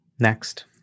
Next